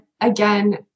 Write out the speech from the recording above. again